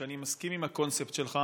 שאני מסכים עם הקונספט שלך